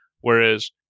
whereas